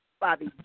Bobby